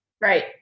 Right